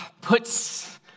puts